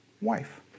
wife